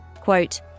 quote